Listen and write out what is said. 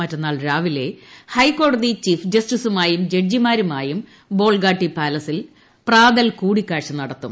മറ്റന്നാൾ രാവിലെ ഹൈക്കോടതി ചീഫ് ജസ്റ്റിസുമായും ജഡ്ജിമാരുമായും ബോൾഗാട്ടി പാലസിൽ പ്രാതൽ കൂടിക്ക്കാഴ്ച നടത്തും